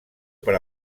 per